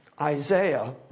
Isaiah